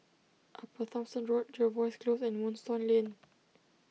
Upper Thomson Road Jervois Close and Moonstone Lane